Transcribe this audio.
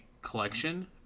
collection